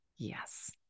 Yes